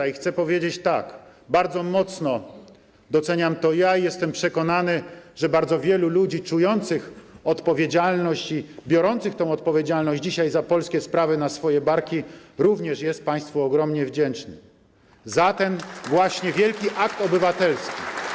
I chcę powiedzieć tak: bardzo mocno to doceniam i jestem przekonany, że bardzo wielu ludzi czujących odpowiedzialność i biorących dzisiaj tę odpowiedzialność za polskie sprawy na swoje barki również jest Państwu ogromnie wdzięcznych za ten właśnie wielki akt obywatelski.